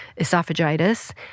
esophagitis